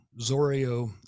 Zorio